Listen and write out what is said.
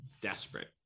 desperate